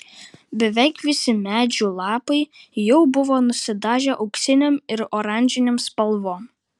beveik visi medžių lapai jau buvo nusidažę auksinėm ir oranžinėm spalvom